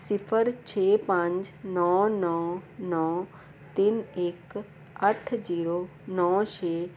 ਸਿਫਰ ਛੇ ਪੰਜ ਨੌਂ ਨੌਂ ਨੌਂ ਤਿੰਨ ਇੱਕ ਅੱਠ ਜੀਰੋ ਨੌਂ ਛੇ